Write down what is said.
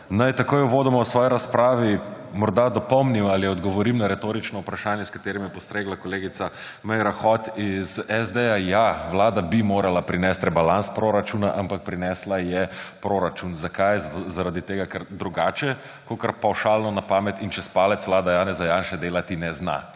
Naj takoj uvodoma v svoji razpravi morda dopolnim ali odgovorim na retorično vprašanje, s katerim je postregla kolegica Meira Hot iz SD. Ja, Vlada bi morala prinesti rebalans proračuna, ampak prinesla je proračun. Zakaj? Zaradi tega, ker drugače kot pavšalno, na pamet in čez palec vlada Janeza Janše delati ne zna.